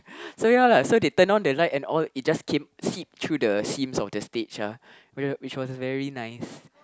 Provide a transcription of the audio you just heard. so ya lah so they turn on the light and all it just came seep through the seams of the stage ah which was which was very nice